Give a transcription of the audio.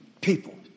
people